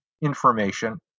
information